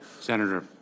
Senator